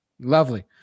Lovely